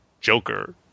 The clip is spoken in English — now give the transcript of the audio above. Joker